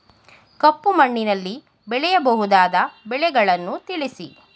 ಕಪ್ಪು ಮಣ್ಣಿನಲ್ಲಿ ಬೆಳೆಯಬಹುದಾದ ಬೆಳೆಗಳನ್ನು ತಿಳಿಸಿ?